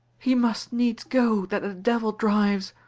he must needs go that the devil drives.